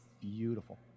beautiful